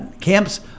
camps